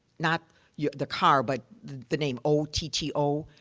not yeah the car, but the name o t t o.